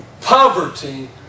Poverty